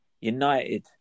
United